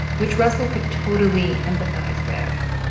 which russell could totally empathize with.